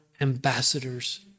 ambassadors